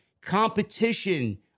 competition